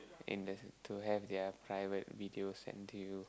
and there's a~ to have their private video send to you